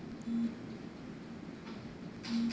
पिछले माह कितना पैसा आहरित हुआ है?